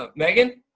ah megan?